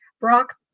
brock